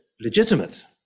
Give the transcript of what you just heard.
legitimate